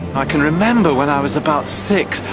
i can remember when i was about six,